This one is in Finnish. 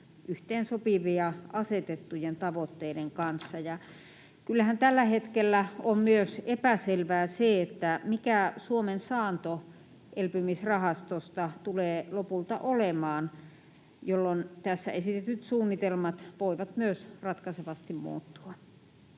yhteensopivia asetettujen tavoitteiden kanssa. Kyllähän tällä hetkellä on myös epäselvää se, mikä Suomen saanto elpymisrahastosta tulee lopulta olemaan, jolloin tässä esitetyt suunnitelmat voivat myös ratkaisevasti muuttua.